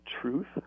truth